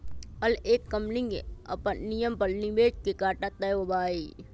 हर एक कम्पनी के अपन नियम पर निवेश के घाटा तय होबा हई